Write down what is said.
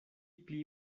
pli